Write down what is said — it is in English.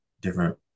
different